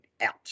Out